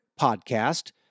podcast